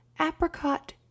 Apricot